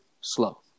slow